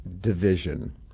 division